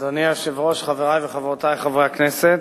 אדוני היושב-ראש, חברי וחברותי חברי הכנסת,